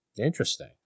Interesting